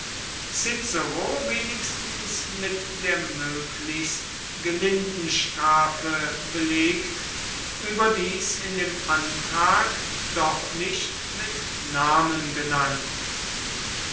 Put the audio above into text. wenigstens mit der möglichst gelinden strafe belegt überdies in dem antrag doch nicht mit namen genannt